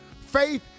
Faith